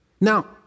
Now